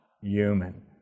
human